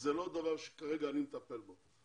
זה לא דבר שכרגע אני מטפל בו,